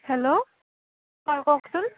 hello হয় কওকচোন